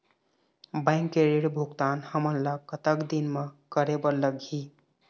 Bank के ऋण भुगतान हमन ला कतक दिन म करे बर लगही?